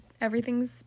everything's